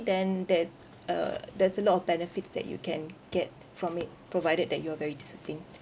then that uh there's a lot of benefits that you can get from it provided that you're very disciplined